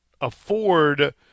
afford